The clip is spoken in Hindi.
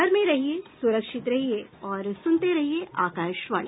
घर में रहिये सुरक्षित रहिये और सुनते रहिये आकाशवाणी